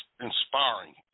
inspiring